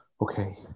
Okay